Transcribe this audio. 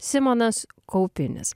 simonas kaupinis